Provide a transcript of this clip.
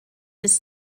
his